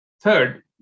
Third